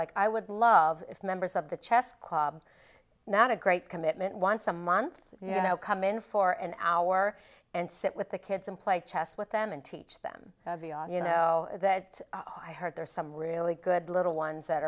like i would love if members of the chess club not a great commitment once a month you know come in for an hour and sit with the kids and play chess with them and teach them you know that i heard there are some really good little ones that